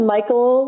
Michael